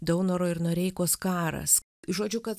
daunoro ir noreikos karas žodžiu kad